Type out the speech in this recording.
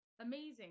Amazing